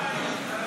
הוא הצביע?